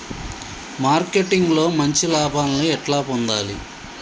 Marketing లో మంచి లాభాల్ని ఎట్లా పొందాలి?